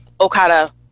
Okada